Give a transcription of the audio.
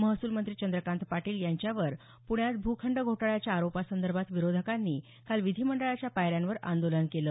महसूल मंत्री चंद्रकांत पाटील यांच्यावर पृण्यात भूखंड घोटाळ्याच्या आरोपासंदर्भात विरोधकांनी काल विधीमंडळाच्या पायऱ्यांवर आंदोलन केलं